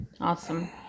Awesome